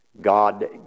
God